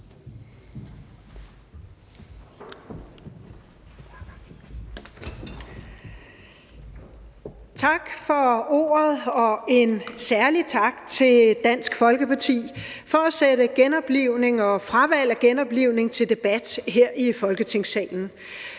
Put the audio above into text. Tak for ordet, og en særlig tak til Dansk Folkeparti for at sætte genoplivning og fravalg af genoplivning til debat her i Folketingssalen.